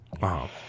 Wow